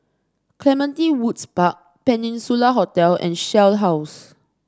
Clementi Woods Park Peninsula Hotel and Shell House